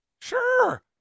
Sure